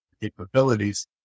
capabilities